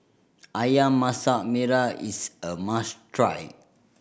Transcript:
Ayam Masak Merah is a must try